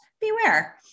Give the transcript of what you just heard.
beware